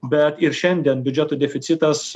bet ir šiandien biudžeto deficitas